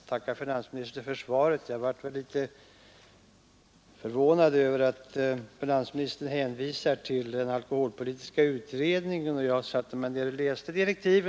Herr talman! Jag tackar finansministern för svaret. Jag blev litet förvånad över att finansministern hänvisar till alkoholpolitiska utredningen. Jag har läst dess direktiv.